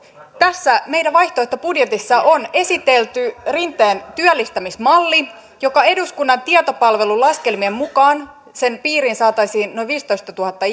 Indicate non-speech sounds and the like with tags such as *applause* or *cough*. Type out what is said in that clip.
meidän vaihtoehtobudjetissamme on esitelty rinteen työllistämismalli ja eduskunnan tietopalvelun laskelmien mukaan sen piiriin saataisiin noin viisitoistatuhatta *unintelligible*